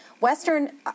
Western